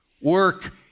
work